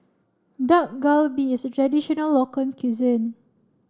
Dak Galbi is a traditional local cuisine